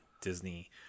Disney